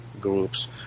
groups